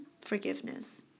Forgiveness